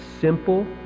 simple